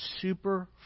super